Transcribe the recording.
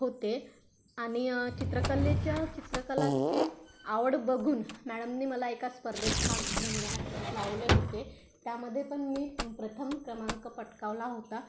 होते आणि चित्रकलेच्या चित्रकलाची आवड बघून मॅडमने मला एका स्पर्धेत भाग घेण्यात लावले होते त्यामध्ये पण मी प्रथम क्रमांक पटकावला होता